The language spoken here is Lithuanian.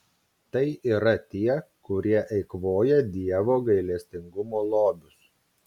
tai yra tie kurie eikvoja dievo gailestingumo lobius